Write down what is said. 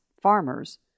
farmers